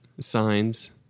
Signs